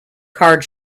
card